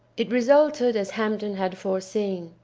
it resulted as hampden had foreseen.